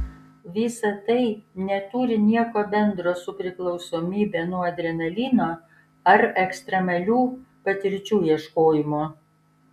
visa tai neturi nieko bendro su priklausomybe nuo adrenalino ar ekstremalių patirčių ieškojimu